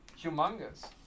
humongous